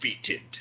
Defeated